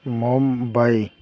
Mumbai